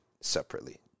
separately